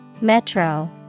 Metro